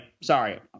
sorry